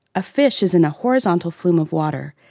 a fish is in a horizontal flume of water,